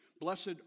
Blessed